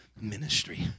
ministry